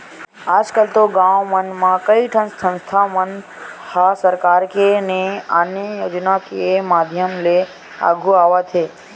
आजकल तो गाँव मन म कइठन संस्था मन ह सरकार के ने आने योजना के माधियम ले आघु आवत हे